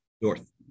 North